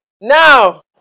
Now